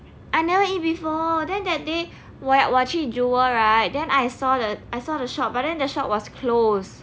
I never eat before then that day 我我去 jewel right then I saw the I saw the shop but then the shop was closed